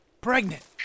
Pregnant